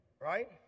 Right